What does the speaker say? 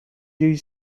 you